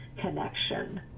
connection